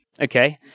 Okay